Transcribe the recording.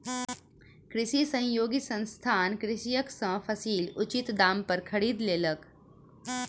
कृषि सहयोगी संस्थान कृषक सॅ फसील उचित दाम पर खरीद लेलक